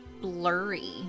blurry